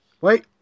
Wait